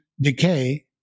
decay